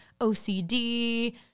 OCD